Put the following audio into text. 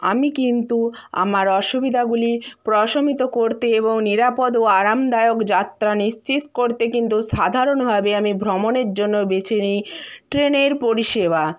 আমি কিন্তু আমার অসুবিধাগুলি প্রশমিত করতে এবং নিরাপদ ও আমারদায়ক যাত্রা নিশ্চিত করতে কিন্তু সাধারণভাবে আমি ভ্রমণের জন্য বেছে নিই ট্রেনের পরিষেবা